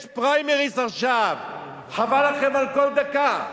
יש פריימריז עכשיו, חבל לכם על כל דקה.